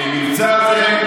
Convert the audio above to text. במבצע הזה,